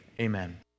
Amen